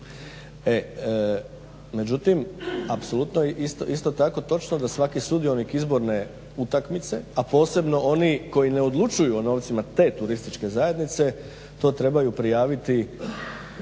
Međutim, apsolutno je isto tako točno da svaki sudionik izborne utakmice, a posebno oni koji ne odlučuju o novcima te turističke zajednice to trebaju prijaviti